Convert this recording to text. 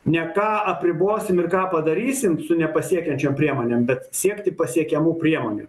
ne ką apribosim ir ką padarysim su nepasiekiančiom priemonėm bet siekti pasiekiamų priemonių